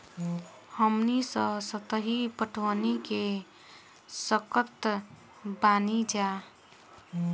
हमनी सब सतही पटवनी क सकतऽ बानी जा